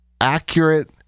accurate